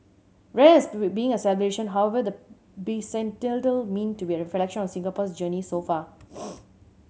rather than being a celebration however the bicentennial meant to be a reflection on Singapore's journey so far